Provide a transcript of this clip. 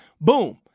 boom